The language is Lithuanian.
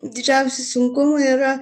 didžiausi sunkumai yra